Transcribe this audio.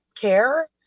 care